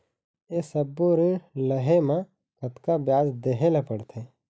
ये सब्बो ऋण लहे मा कतका ब्याज देहें ले पड़ते?